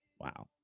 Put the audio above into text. Wow